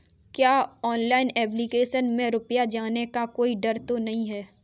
क्या online application में रुपया जाने का कोई डर तो नही है?